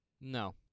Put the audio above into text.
No